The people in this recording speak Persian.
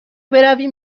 برویم